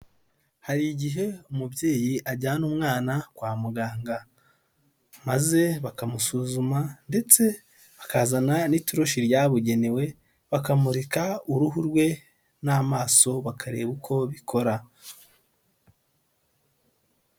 Hari igihe umubyeyi ajyana umwana kwa muganga, maze bakamusuzuma ndetse bakazana n'itoroshi ryabugenewe, bakamurika uruhu rwe n'amaso, bakareba uko bikora.